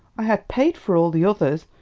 i had paid for all the others,